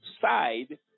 side